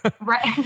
Right